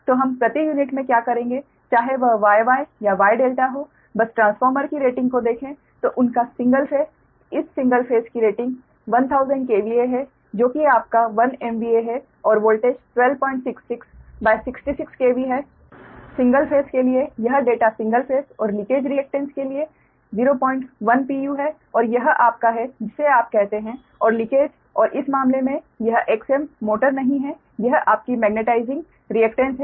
तो हम प्रति यूनिट में क्या करेंगे चाहे वह Y Y या Y ∆ हो बस ट्रांसफार्मर की रेटिंग को देखें तो उनका सिंगल फेज इस सिंगल फेज की रेटिंग 1000 KVA है जो कि आपका 1 MVA है और वोल्टेज 1266 66 KV है सिंगल फेज के लिए यह डेटा सिंगल फेज और लीकेज रिएक्टेन्स के लिए 010 pu है और यह आपका है जिसे आप कहते हैं और लीकेज और इस मामले में यह Xm मोटर नहीं है यह आपकी मैग्नेटाइजिंग रिएक्टेन्स है यह 50 pu है